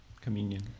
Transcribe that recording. Communion